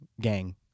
Gang